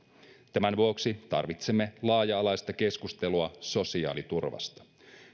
tämän vuoksi tarvitsemme laaja alaista keskustelua sosiaaliturvasta